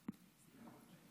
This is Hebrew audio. אדוני היושב-ראש,